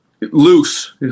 loose